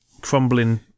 crumbling